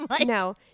No